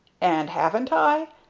and haven't i?